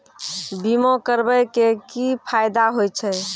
बीमा करबै के की फायदा होय छै?